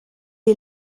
est